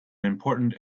important